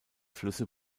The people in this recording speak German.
flüsse